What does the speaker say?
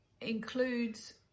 includes